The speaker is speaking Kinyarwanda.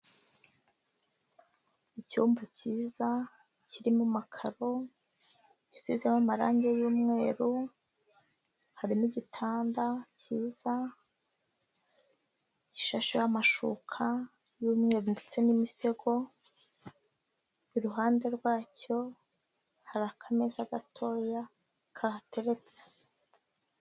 Icyumba iza kirimo amakaro gisizeho amarangi y'umweru, hari n'igitanda kiza gishasheho amashuka y'umweru ndetse n'imisego, iruhande rwacyo hari akameza gatoya kahateretse.